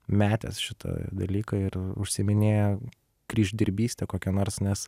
metęs šitą dalyką ir užsiiminėja kryždirbyste kokia nors nes